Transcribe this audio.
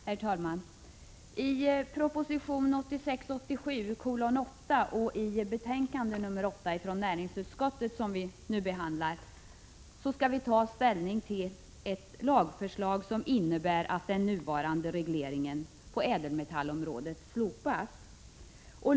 Nerr talman! Proposition 1986/87:8 och näringsutskottets betänkande nr 8, som vi nu behandlar, gäller ett lagförslag som vi skall ta ställning till och som innebär att den nuvarande regleringen på ädelmetallområdet slopas.